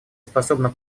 способно